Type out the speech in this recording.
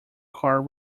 car